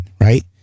right